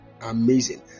amazing